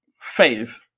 faith